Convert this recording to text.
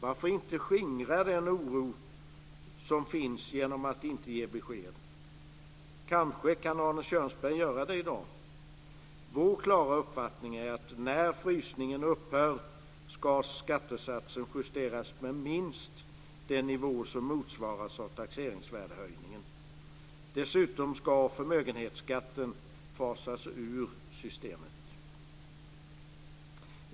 Varför inte skingra den oro som finns genom att ge besked? Kanske kan Arne Kjörnsberg göra det i dag? Vår klara uppfattning är att när frysningen upphör ska skattesatsen justeras med minst den nivå som motsvaras av värdehöjningen av taxeringsvärdet. Dessutom ska förmögenhetsskatten fasas ur systemet.